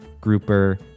Grouper